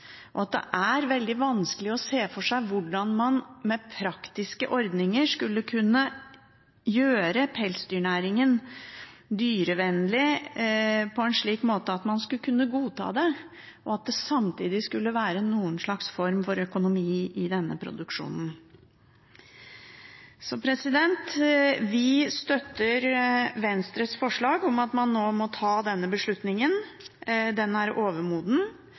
og at det er veldig vanskelig å se for seg hvordan man med praktiske ordninger skal kunne gjøre pelsdyrnæringen dyrevennlig på en slik måte at man skal kunne godta det, og at det samtidig skal være en slags form for økonomi i denne produksjonen. Vi støtter Venstres forslag om at man nå må ta denne beslutningen – den er overmoden.